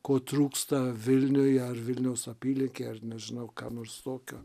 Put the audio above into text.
ko trūksta vilniuj ar vilniaus apylinkėj ar nežinau ką nors tokio